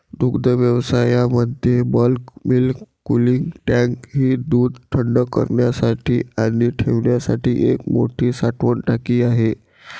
दुग्धव्यवसायामध्ये bulk milk cooling tank ही दूध थंड करण्यासाठी आणि ठेवण्यासाठी एक मोठी साठवण टाकी आहे